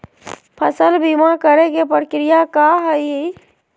फसल बीमा करे के प्रक्रिया का हई?